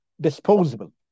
disposable